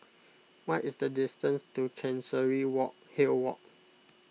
what is the distance to Chancery walk Hill Walk